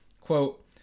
quote